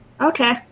Okay